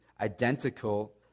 identical